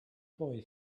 boy